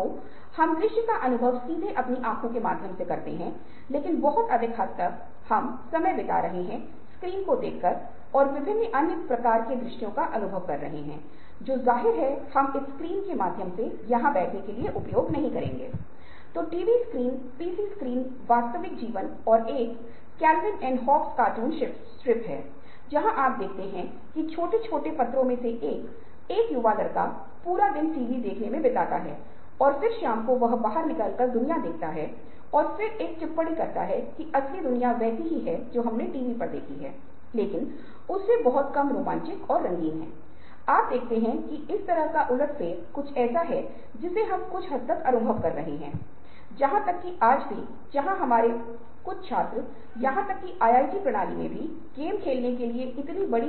गहन सोच में गहन निहितार्थ आलोचनात्मक चर्चाएँ शामिल हैं और जो व्यक्ति एक गहन विचारक है समस्या के सकारात्मक और नकारात्मक दोनों पक्षों को देखते हुए वह निर्माण करता है वह विश्लेषण करता है और समाधान का निर्माण करता है और गहन सोच किसी समस्या को परिभाषित करने कार्यों को एक उद्देश्य की ओर ले जाने निर्णय लेने और पूर्वव्यापी मूल्यांकन का संचालन करनेमे उपयोग मे